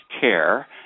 care